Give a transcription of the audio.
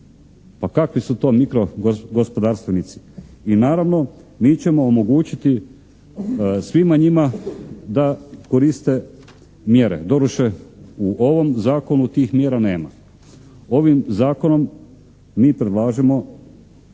Pa kakvi su to mikro gospodarstvenici? I naravno, mi ćemo omogućiti svima njima da koriste mjere. Doduše u ovom Zakonu tih mjera nema. Ovim Zakonom mi predlažemo